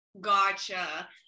Gotcha